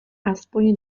aspoň